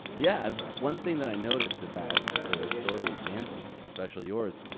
yeah. one thing that i noticed about the story examples, especially yours,